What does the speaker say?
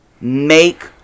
make